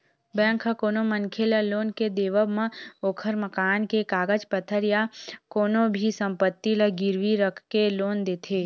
bank ह कोनो मनखे ल लोन के देवब म ओखर मकान के कागज पतर या कोनो भी संपत्ति ल गिरवी रखके लोन देथे